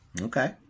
Okay